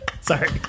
Sorry